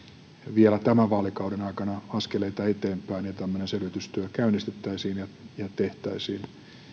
vielä tämän vaalikauden aikana askeleita eteenpäin ja tämmöinen selvitystyö käynnistettäisiin ja tehtäisiin